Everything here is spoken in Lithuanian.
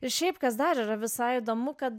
ir šiaip kas dar yra visai įdomu kad